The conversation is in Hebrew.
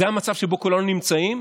זה המצב שבו כולנו נמצאים.